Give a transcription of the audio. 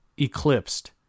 eclipsed